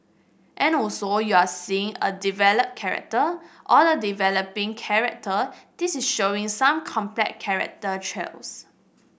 and also you're seeing a developed character or a developing character this is showing some complex character traits